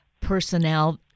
personnel